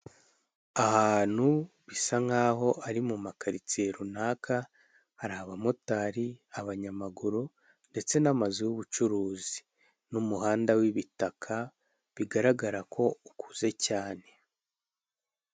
Ahantu bisa nkaho ari mu makaritsiye runaka, hari abamotari, abanyamaguru ndetse n'amazu y'ubucuruzi n'umuhanda w'ibitaka, bigaragara ko ukuze cyane.